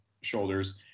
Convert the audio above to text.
shoulders